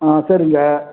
ஆ சரிங்க